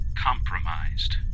compromised